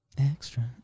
Extra